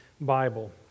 Bible